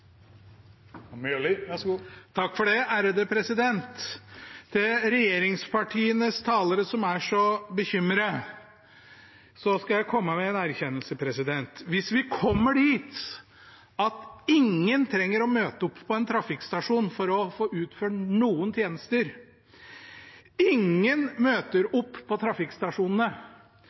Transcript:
så bekymret, skal jeg komme med en erkjennelse: Hvis vi kommer dit at ingen trenger å møte opp på en trafikkstasjon for å få utført noen tjenester, at ingen møter opp på trafikkstasjonene